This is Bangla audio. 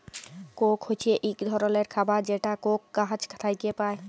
কোক হছে ইক ধরলের খাবার যেটা কোক গাহাচ থ্যাইকে পায়